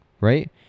right